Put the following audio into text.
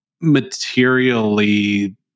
materially